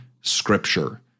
scripture